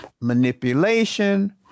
manipulation